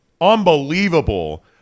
Unbelievable